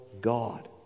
God